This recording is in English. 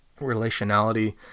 relationality